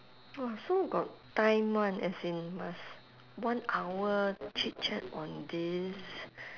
!wah! so got time [one] as in must one hour chit-chat on this